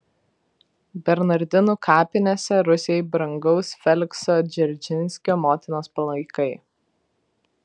bernardinų kapinėse rusijai brangaus felikso dzeržinskio motinos palaikai